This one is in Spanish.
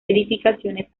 edificaciones